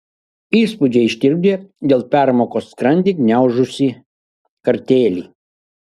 įspūdžiai ištirpdė dėl permokos skrandį griaužusį kartėlį